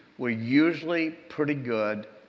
we're usually pretty good.